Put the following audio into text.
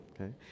okay